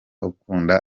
ukunda